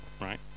Right